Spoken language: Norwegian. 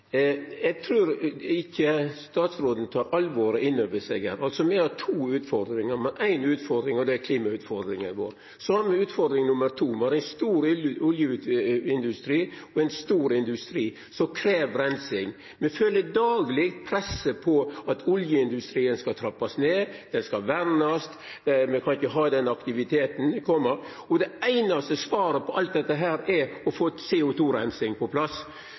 Eg trur ikkje statsråden tek alvoret inn over seg. Me har to utfordringar. Me har ei utfordring som er klimautfordringa. Så har me utfordring nummer to, me har ein stor oljeindustri og ein stor industri som krev reinsing. Me føler dagleg presset på at oljeindustrien skal trappast ned – det skal vernast, me kan ikkje la den aktiviteten koma. Det einaste svaret på alt dette er å få CO 2 -reinsing på plass.